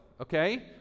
okay